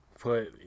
put